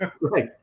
right